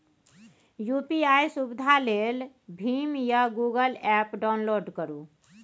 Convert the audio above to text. UPI सुविधा लेल भीम या गुगल एप्प डाउनलोड करु